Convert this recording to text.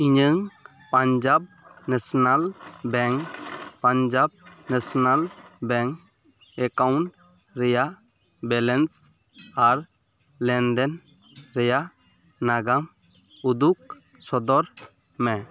ᱤᱧᱟᱹᱝ Punjab national bank Punjab national bank account ᱨᱮᱭᱟᱜ balance ᱟᱨ ᱞᱮᱱᱫᱮᱱ ᱨᱮᱭᱟᱜ ᱱᱟᱜᱟᱢ ᱩᱫᱩᱜ ᱥᱚᱫᱚᱨ ᱢᱮ